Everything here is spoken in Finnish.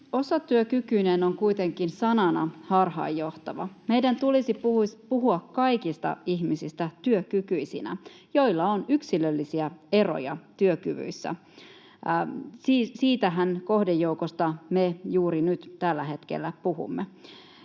Osatyökykyinen on kuitenkin sanana harhaanjohtava. Meidän tulisi puhua kaikista ihmisistä työkykyisinä, joilla on yksilöllisiä eroja työkyvyissä. Siitähän kohdejoukosta me juuri nyt tällä hetkellä puhumme.